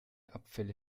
abfälle